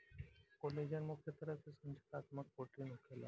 collagen मुख्य तरह के संरचनात्मक प्रोटीन होखेला